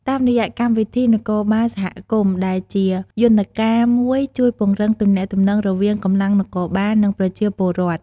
តាមរយៈ កម្មវិធីនគរបាលសហគមន៍ ដែលជាយន្តការមួយជួយពង្រឹងទំនាក់ទំនងរវាងកម្លាំងនគរបាល និងប្រជាពលរដ្ឋ។